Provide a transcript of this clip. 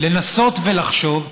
לנסות ולחשוב,